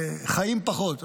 חיים פחות,